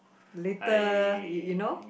little you know